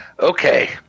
okay